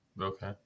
Okay